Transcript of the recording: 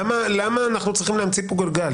למה אנחנו צריכים להמציא כאן את הגלגל?